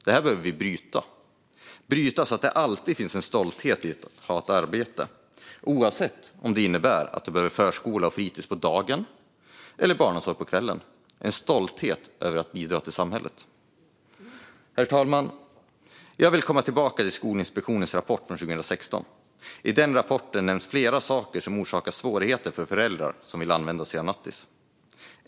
Detta behöver vi bryta så att det alltid finns en stolthet i att ha ett arbete och bidra till samhället, oavsett om det innebär att man behöver förskola och fritis på dagen eller att man behöver barnomsorg på kvällen. Herr talman! Jag vill komma tillbaka till Skolinspektionens rapport från 2016. I rapporten nämns flera saker som orsakar svårigheter för föräldrar som vill använda sig av nattis.